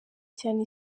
cyane